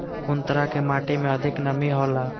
कुन तरह के माटी में अधिक नमी हौला?